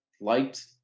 liked